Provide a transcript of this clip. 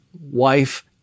wife